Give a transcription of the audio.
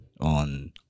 on